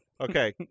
Okay